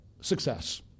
success